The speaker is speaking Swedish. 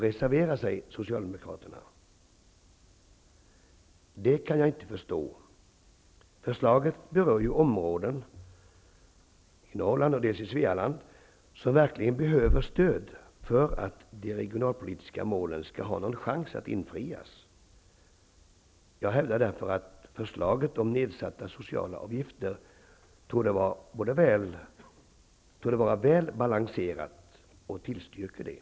Jag kan inte förstå det. Förslaget berör områden i Norrland och Svealand som verkligen behöver stöd för att de regionalpolitiska målen skall ha någon chans att infrias. Jag hävdar därför att förslaget om nedsatta socialavgifter torde vara väl balanserat och tillstyrker det.